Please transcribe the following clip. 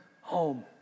home